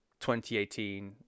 2018